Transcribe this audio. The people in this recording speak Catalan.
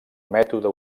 mètode